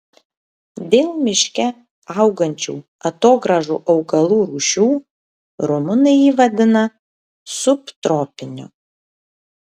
dėl miške augančių atogrąžų augalų rūšių rumunai jį vadina subtropiniu